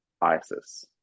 Isis